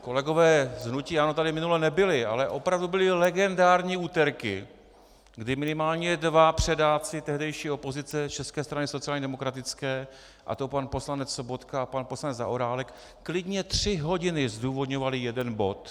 Kolegové z hnutí ANO tady minule nebyli, ale opravdu byly legendární úterky, kdy minimálně dva předáci tehdejší opozice České strany sociálně demokratické, a to pan poslanec Sobotka a pan poslanec Zaorálek, klidně tři hodiny zdůvodňovali jeden bod.